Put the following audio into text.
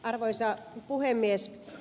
arvoisa puhemies